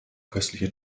köstliche